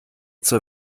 zur